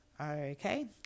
okay